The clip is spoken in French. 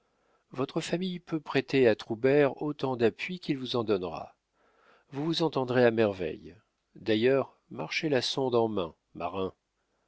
votre famille peut prêter à troubert autant d'appui qu'il vous en donnera vous vous entendrez à merveille d'ailleurs marchez la sonde en main marin